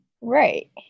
Right